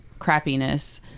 crappiness